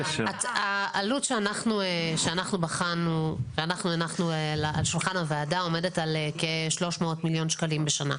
העלות שאנחנו הנחנו על שולחן הוועדה עומדת על כ-300 מיליון שקלים בשנה.